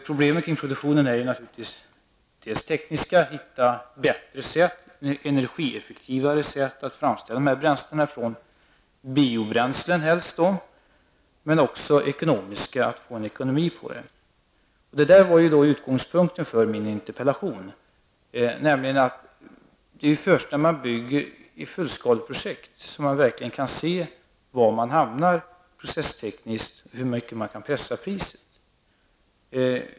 Problemen med produktionen är dels tekniska, att hitta bättre och mer energieffektiva sätt att framställa dessa bränslen från helst biobränslen, dels ekonomiska, att få ekonomi på verksamheten. Det var också utgångspunkten för min interpellation. Det är nämligen först när man bygger i fullskaleprojekt som man verkligen kan se var man hamnar processtekniskt och hur mycket man kan pressa priset.